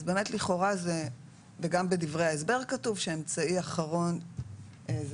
גם בדברי ההסבר כתוב שהאמצעי האחרון זה